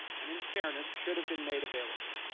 and in fairness, should have been made available.